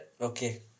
okay